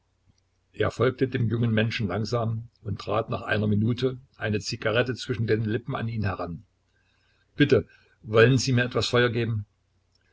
er folgte dem jungen menschen langsam und trat nach einer minute eine zigarette zwischen den lippen an ihn heran bitte wollen sie mir etwas feuer geben